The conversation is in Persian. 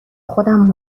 خودم